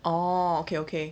oh okay okay